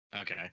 Okay